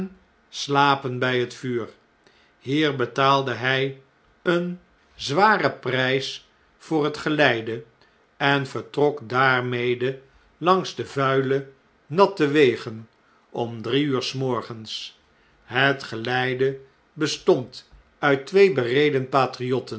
slapen bij het vuur hier betaalde hij een zwaren prp voor het geleide en vertrok daarmede langs de vuile natte wegen om drie uur s morgens het geleide bestond uit twee bereden